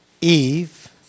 Eve